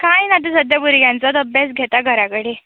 कांय ना आतां सद्याक भुरग्यांचोच अभ्यास घेता घरा कडेन